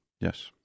Yes